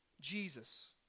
Jesus